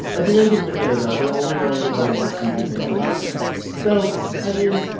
at the end of the day though, they're only going to want to watch weepy things about women so i mean,